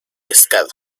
pescado